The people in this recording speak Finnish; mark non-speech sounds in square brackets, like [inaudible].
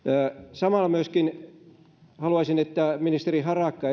samalla myöskin haluaisin että esimerkiksi ministeri harakka [unintelligible]